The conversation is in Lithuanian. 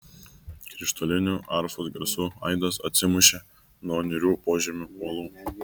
krištolinių arfos garsų aidas atsimušė nuo niūrių požemio uolų